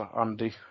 Andy